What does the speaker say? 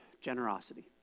generosity